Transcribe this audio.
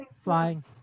Flying